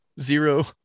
zero